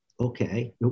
okay